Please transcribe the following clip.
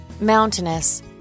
Mountainous